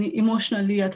emotionally